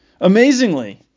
amazingly